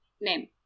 name